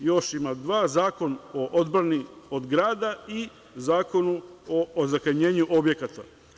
Ima još dva: Zakon o odbrani od grada i Zakon o ozakonjenju objekata.